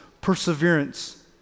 perseverance